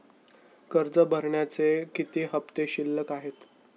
कर्ज भरण्याचे किती हफ्ते शिल्लक आहेत?